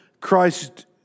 Christ